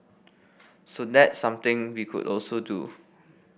so that's something we could also do